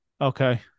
Okay